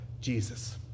Jesus